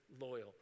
loyal